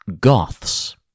Goths